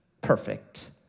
perfect